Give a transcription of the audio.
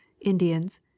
Indians